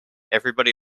everybody